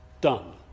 done